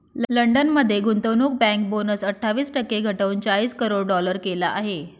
London मध्ये गुंतवणूक bank bonus अठ्ठावीस टक्के घटवून चाळीस करोड डॉलर केला आहे